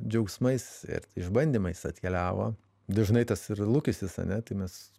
džiaugsmais ir išbandymais atkeliavo dažnai tas ir lūkestis ane tai mes